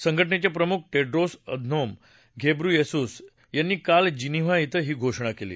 संघटनेचे प्रमुख Tedros Adhanom Ghebreyesus यांनी काल जिनिव्हा धिं ही घोषणा केली